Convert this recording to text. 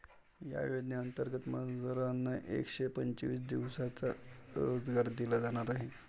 या योजनेंतर्गत मजुरांना एकशे पंचवीस दिवसांचा रोजगार दिला जाणार आहे